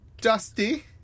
Dusty